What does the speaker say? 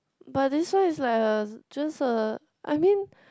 but this one is like a just a I mean